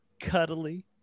cuddly